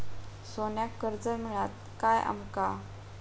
सोन्याक कर्ज मिळात काय आमका?